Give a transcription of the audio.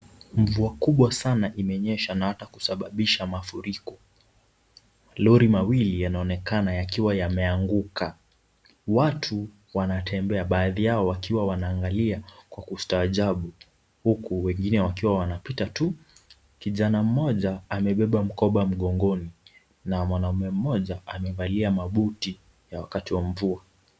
Mvua kubwa sana imenyesha na hata kusababisha mafuriko, roli mawili, yanaonekana yakiwa yameanguka, watu, wanatembea baadhi yao wakiwa wanaangalia kwa ustaajabu, huku, wengine wakiwa wanapita tu, kijana mmoja amebeba mkoba mgongoni, na mwanaume mmoja, amevalia mabuti, ya wakati wa mvua.